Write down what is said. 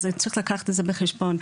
צריך לקחת את זה בחשבון.